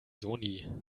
sowieso